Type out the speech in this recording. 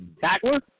tackler